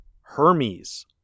Hermes